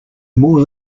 more